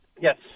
Yes